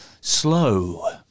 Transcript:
slow